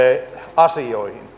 asioihin